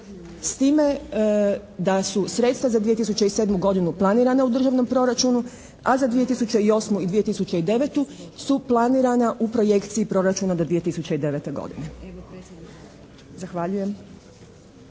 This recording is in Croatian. s time da su sredstva za 2007. godinu planirana u državnom proračunu, a za 2008. i 2009. su planirana u projekciji proračuna do 2009. godine. Zahvaljujem.